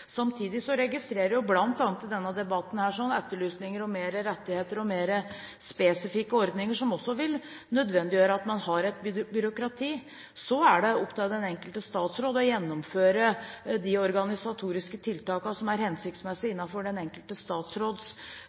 Samtidig registrerer jeg, bl.a. i denne debatten, etterlysninger av mer rettigheter og mer spesifikke ordninger, som også vil nødvendiggjøre at man har et byråkrati. Så er det opp til den enkelte statsråd å gjennomføre de organisatoriske tiltakene som er hensiktsmessige